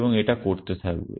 এবং এটা করতে থাকবে